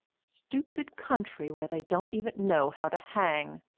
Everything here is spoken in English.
stupid country, where they don't even know how to hang